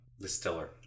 distiller